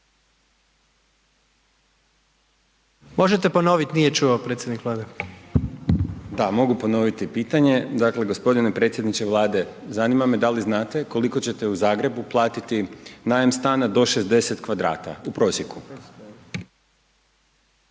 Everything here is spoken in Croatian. **Glavašević, Bojan (Nezavisni)** Da, mogu ponoviti pitanje. Dakle, g. predsjedniče Vlade, zanima me da li znate koliko ćete u Zagrebu platili najam stana do 60 m2 u prosjeku?